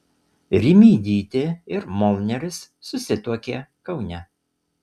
rimydytė ir molneris susituokė kaune